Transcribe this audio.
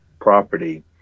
property